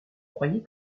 croyez